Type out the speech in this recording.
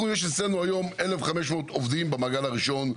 יש אצלנו 1,500 עובדים במעגל הראשון,